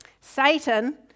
Satan